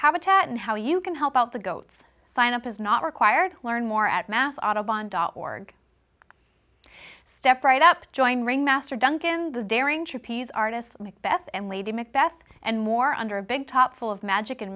habitat and how you can help out the goats sign up is not required learn more at mass audubon dot org step right up join ring master duncan the daring trapeze artist macbeth and lady macbeth and more under a big top full of magic and